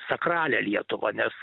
sakralią lietuvą nes